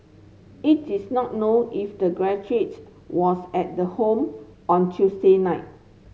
it is not known if the graduates was at the home on Tuesday night